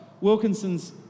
Wilkinson's